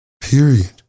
Period